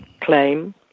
claim